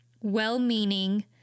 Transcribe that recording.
well-meaning